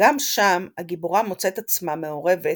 גם שם הגיבורה מוצאת עצמה מעורבת